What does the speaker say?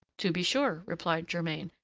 to be sure, replied germain,